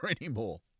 anymore